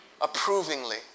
approvingly